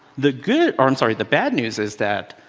the good, or i'm sorry the bad news is that